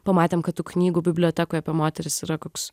pamatėm kad tų knygų bibliotekoj apie moteris yra koks